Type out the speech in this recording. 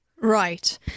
Right